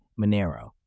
Monero